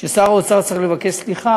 ששר האוצר צריך לבקש סליחה.